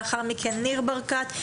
לאחר מכן ניר ברקת,